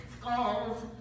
skulls